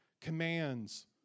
commands